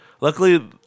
Luckily